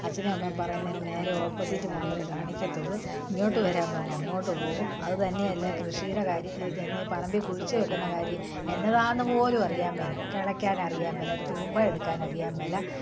അച്ഛനും അമ്മയും പറയുന്നതിന് നേരെ ഓപ്പോസിറ്റ് മാത്രമേ കാണിക്കത്തുള്ളൂ ഇങ്ങോട്ടു വരാൻ പറഞ്ഞാൽ അങ്ങോട്ട് പോകും അതു തന്നെയല്ല കൃഷിയുടെ കാര്യം ഇതുതന്നെ പറമ്പിൽ കുഴിച്ച് വയ്ക്കുന്ന കാര്യം എന്നതാന്ന് പോലും അറിയാൻ മേല കിളക്കാൻ അറിയാൻ മേല ഒരു തൂമ്പ എടുക്കാൻ അറിയാൻ മേല